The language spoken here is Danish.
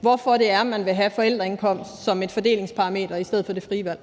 hvorfor man vil have forældreindkomst som et fordelingsparameter i stedet for det frie valg.